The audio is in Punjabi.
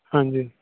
ਹਾਂਜੀ